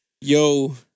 Yo